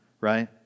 Right